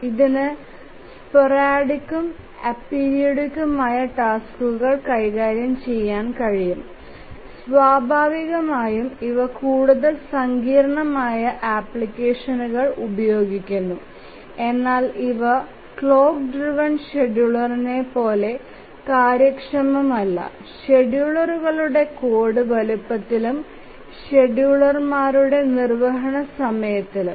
ഇതിന് സ്പോറാടികും അപെരിയോഡിക്തുമായ ടാസ്കുകൾ കൈകാര്യം ചെയ്യാൻ കഴിയും സ്വാഭാവികമായും ഇവ കൂടുതൽ സങ്കീർണ്ണമായ ആപ്ലിക്കേഷനുകൾ ഉപയോഗിക്കുന്നു എന്നാൽ ഇവ ക്ലോക്ക് ഡ്രൈവ്എൻ ഷെഡ്യൂളറിനെപ്പോലെ കാര്യക്ഷമമല്ല ഷെഡ്യൂളറുകളുടെ കോഡ് വലുപ്പത്തിലും ഷെഡ്യൂളർമാരുടെ നിർവ്വഹണ സമയത്തിലും